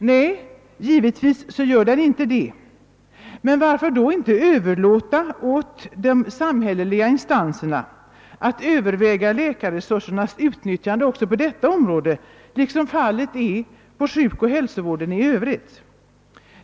Nej, givetvis blir den inte det, men varför då inte överlåta åt de samhälleliga instanserna att överväga läkarresursernas utnyttjande även på detta område? Så är ju fallet inom sjukoch. hälsovården i övrigt.